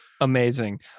Amazing